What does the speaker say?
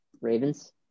Ravens